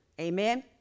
Amen